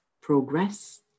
progress